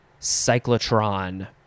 cyclotron